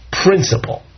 principle